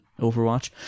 overwatch